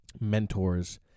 mentors